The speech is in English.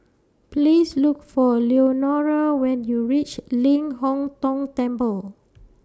Please Look For Leonora when YOU REACH Ling Hong Tong Temple